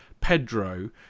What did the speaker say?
Pedro